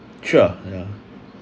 sure yeah